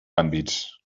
àmbits